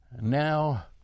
Now